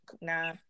nah